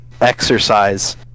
exercise